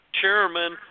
chairman